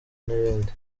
n’ibindi